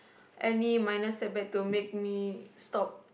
any minor setback to make me stop